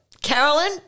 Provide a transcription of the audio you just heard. Carolyn